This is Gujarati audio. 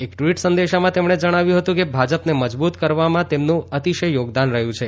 એક ટ્વીટ સંદેશામાં તેમણે જણાવ્યું હતું કે ભાજપને મજબુત કરવામાં તેમનું અતિશય યોગદાન રહ્યું છે